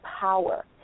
power